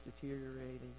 deteriorating